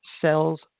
Sells